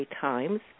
Times